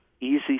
easy